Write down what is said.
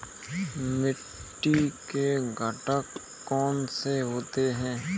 मिट्टी के घटक कौन से होते हैं?